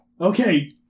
okay